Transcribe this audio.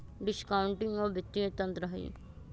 discounting एगो वित्तीय तंत्र हइ